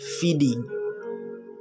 feeding